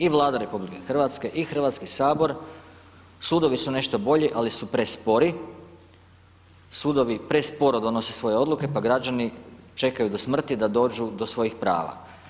I Vlada RH i Hrvatski sabor, sudovi su nešto bolji ali su prespori, sudovi presporo donose svoje odluke pa građani čekaju do smrti da dođu do svojih prava.